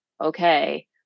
okay